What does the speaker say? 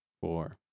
four